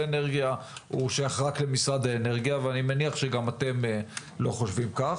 האנרגיה שייך רק למשרד האנרגיה וחושב שגם אתם חושבים כך,